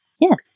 Yes